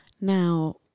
Now